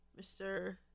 mr